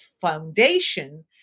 foundation